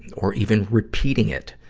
or even repeating it,